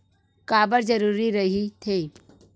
का बार जरूरी रहि थे?